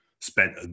spent